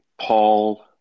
Paul